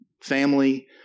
family